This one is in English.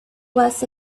was